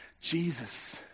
Jesus